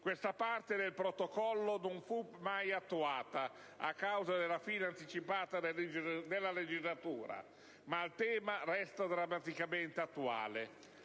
Questa parte del Protocollo non fu mai attuata a causa della fine anticipata della legislatura, ma il tema resta drammaticamente attuale.